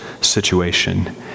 situation